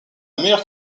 meilleure